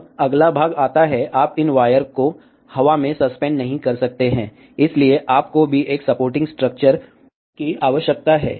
अब अगला भाग आता है आप इन वायर को हवा में सस्पेंड नहीं कर सकते हैं इसलिए आपको भी एक सपोर्टिंग स्ट्रक्चर की आवश्यकता है